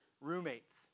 roommates